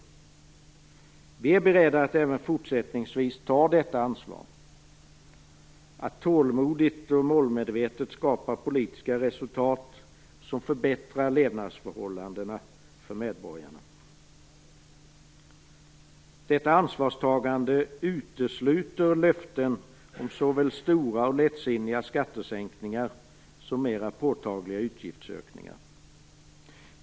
Centerpartiet är berett att även fortsättningsvis ta detta ansvar - att tålmodigt och målmedvetet skapa politiska resultat som förbättrar levnadsförhållandena för medborgarna. Detta ansvarstagande utesluter löften om såväl stora och lättsinniga skattesänkningar som mer påtagliga utgiftsökningar.